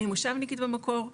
אני מושבניקית במקור,